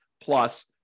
plus